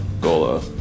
Gola